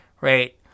right